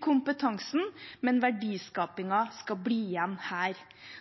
kompetansen, men verdiskapingen skal bli igjen her.»